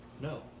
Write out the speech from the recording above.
No